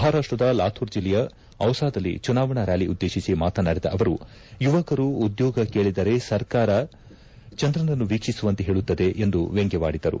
ಮಹಾರಾಷ್ಷದ ಲಾಥುರ್ ಜಿಲ್ಲೆಯ ಡಿಸಾದಲ್ಲಿ ಚುನಾವಣಾ ರ್ಕಾಲಿ ಉದ್ದೇಶಿಸಿ ಮಾತನಾಡಿದ ಅವರು ಯುವರಕು ಉದ್ದೋಗ ಕೇಳಿದರೆ ಸರ್ಕಾರ ಚಂದ್ರನನ್ನು ವೀಕ್ಷಿಸುವಂತೆ ಹೇಳುತ್ತದೆ ಎಂದು ವ್ಯಂಗ್ಭವಾಡಿದರು